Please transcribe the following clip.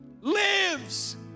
lives